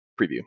preview